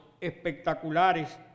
espectaculares